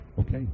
okay